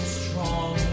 strong